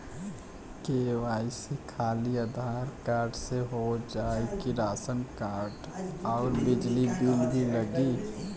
KYC खाली Aadhaar card से हो जाए कि राशन कार्ड अउर बिजली बिल भी लगी?